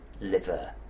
liver